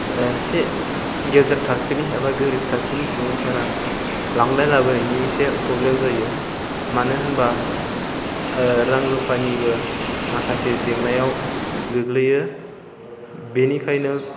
एसे गेजेर थाखोनि एबा गोरिब थाखोनि सुबुंफोरा लांलाय लाबोनायनि एसे प्रब्लेम जायो मानो होनोबा रां रुपानिबो माखासे जेंनायाव गोग्लैयो बेनिखायनो